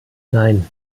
nein